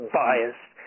biased